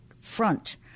front